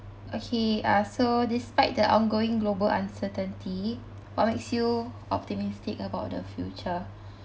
okay uh so despite the ongoing global uncertainty what makes you optimistic about the future